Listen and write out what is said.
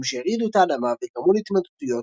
שהרעידו את האדמה וגרמו להתמוטטויות,